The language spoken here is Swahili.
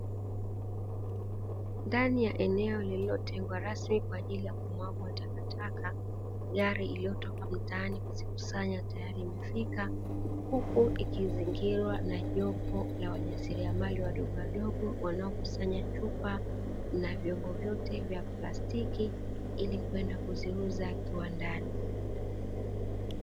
Ndani ya eneo lililotengwa rasmi kwa ajili ya kumwagwa takataka, gari iliyotoka mtaani kuzikusanya tayari imefika, huku ikizingizingirwa na jopo la wajasiriamali wadogowadogo wanaokusanya chupa na vyombo vyote vya plastiki, ili kwenda kuziuza kiwandani.